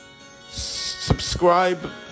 Subscribe